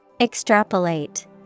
Extrapolate